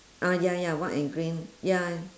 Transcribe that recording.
ah ya ya white and green ya